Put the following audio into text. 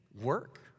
Work